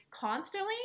constantly